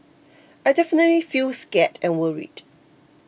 I definitely feel scared and worried